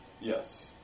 Yes